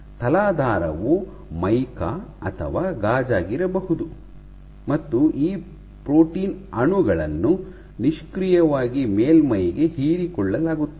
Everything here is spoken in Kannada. ತಲಾಧಾರವು ಮೈಕಾ ಅಥವಾ ಗಾಜಾಗಿರಬಹುದು ಮತ್ತು ಈ ಪ್ರೋಟೀನ್ ಅಣುಗಳನ್ನು ನಿಷ್ಕ್ರಿಯವಾಗಿ ಮೇಲ್ಮೈಗೆ ಹೀರಿಕೊಳ್ಳಲಾಗುತ್ತದೆ